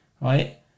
right